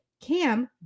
Cam